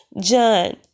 John